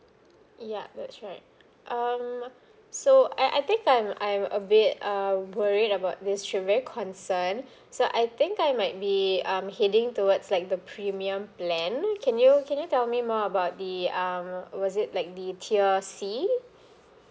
yup that's right um so I I think I'm I'm a bit um worried about this trip very concern so I think I might be um heading towards like the premium plan can you can you tell me more about the um was it like the tier C